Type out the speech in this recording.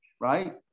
right